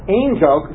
angel